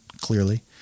clearly